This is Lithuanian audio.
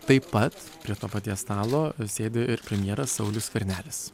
taip pat prie to paties stalo sėdi ir premjeras saulius skvernelis